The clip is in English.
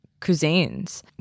cuisines